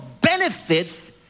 benefits